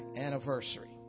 anniversary